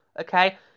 Okay